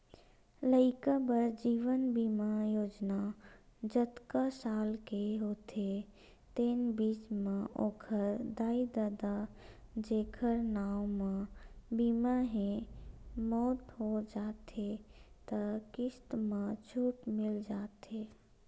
लइका बर जीवन बीमा योजना जतका साल के होथे तेन बीच म ओखर दाई ददा जेखर नांव म बीमा हे, मउत हो जाथे त किस्त म छूट मिल जाथे